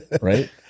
right